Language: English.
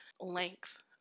length